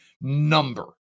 number